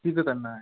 इसी पे करना है